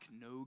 no